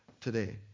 today